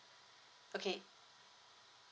okay